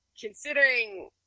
considering